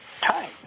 Hi